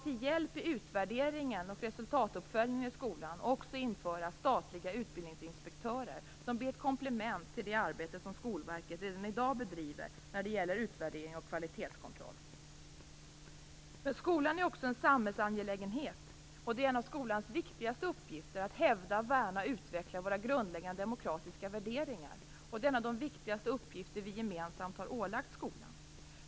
Till hjälp i utvärderingen och resultatuppföljningen i skolan skall vi också införa statliga utbildningsinspektörer som blir ett komplement till det arbete som Skolverket redan i dag bedriver när det gäller utvärdering och kvalitetskontroll. Skolan är också en samhällsangelägenhet. Det är en av skolans viktigaste uppgifter att hävda, värna och utveckla våra grundläggande demokratiska värderingar. Det är en av de viktigaste uppgifter vi gemensamt har ålagt skolan.